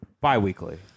Bi-weekly